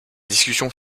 discussions